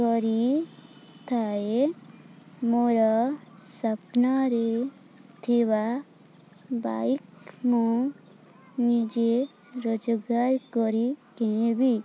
କରିଥାଏ ମୋର ସ୍ୱପ୍ନରେ ଥିବା ବାଇକ୍ ମୁଁ ନିଜେ ରୋଜଗାର କରି କିଣିବି